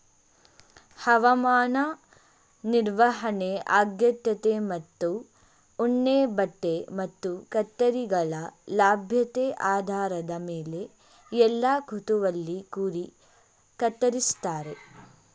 ಹವಾಮಾನ ನಿರ್ವಹಣೆ ಅಗತ್ಯತೆ ಮತ್ತು ಉಣ್ಣೆಬಟ್ಟೆ ಮತ್ತು ಕತ್ತರಿಗಳ ಲಭ್ಯತೆ ಆಧಾರದ ಮೇಲೆ ಎಲ್ಲಾ ಋತುವಲ್ಲಿ ಕುರಿ ಕತ್ತರಿಸ್ತಾರೆ